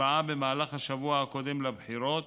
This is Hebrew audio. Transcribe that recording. הצבעה במהלך השבוע הקודם לבחירות